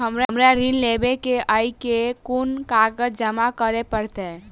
हमरा ऋण लेबै केँ अई केँ कुन कागज जमा करे पड़तै?